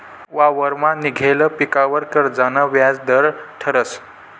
वावरमा निंघेल पीकवर कर्जना व्याज दर ठरस